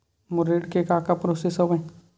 मोर ऋण के का का प्रोसेस हवय?